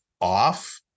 off